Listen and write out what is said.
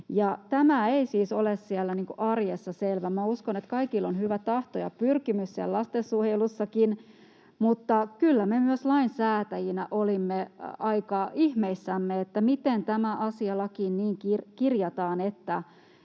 Tämä ei siis ole siellä arjessa selvä. Minä uskon, että kaikilla on hyvä tahto ja pyrkimys siellä lastensuojelussakin. Mutta kyllä me myös lainsäätäjinä olimme aika ihmeissämme, että miten tämä asia lakiin kirjataan